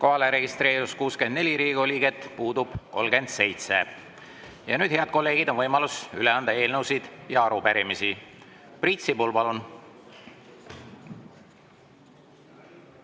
registreerus 64 Riigikogu liiget, puudub 37. Ja nüüd, head kolleegid, on võimalus üle anda eelnõusid ja arupärimisi. Priit Sibul, palun!